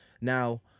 Now